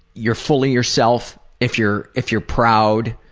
you're fully yourself if you're if you're proud.